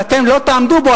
ואתם לא תעמדו בו,